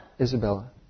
Isabella